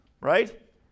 right